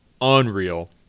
unreal